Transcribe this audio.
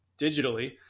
digitally